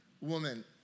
woman